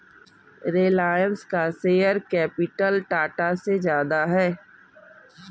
रिलायंस का share capital Tata से ज्यादा है